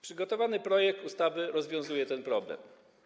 Przygotowany projekt ustawy rozwiązuje ten problem.